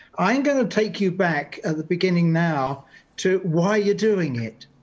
i'm gonna take you back at the beginning now to why you're doing it.